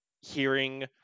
hearing